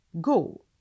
go